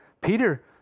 Peter